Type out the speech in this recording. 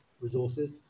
resources